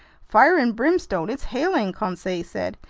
fire and brimstone, it's hailing! conseil said.